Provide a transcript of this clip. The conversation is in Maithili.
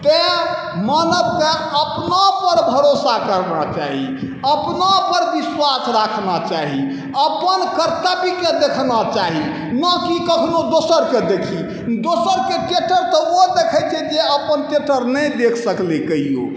तेँ मानवके अपनापर भरोसा करना चाही अपनापर विश्वास रखना चाही अपन कर्तव्यके देखना चाही नहि कि कखनो दोसरके देखी दोसरके टेटर ओ देखै छै जे अपन टेटर नहि देख सकलै कहिओ